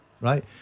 right